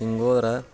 ಹಿಂಗೆ ಹೋದ್ರ